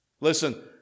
Listen